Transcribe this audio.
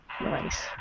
Nice